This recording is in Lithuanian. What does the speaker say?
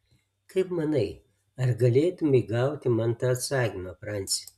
kaip manai ar galėtumei gauti man tą atsakymą franci